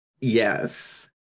yes